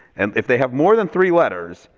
and if they have more than three letters,